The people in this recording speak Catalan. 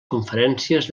conferències